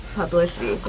publicity